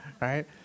right